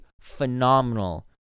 phenomenal